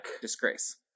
disgrace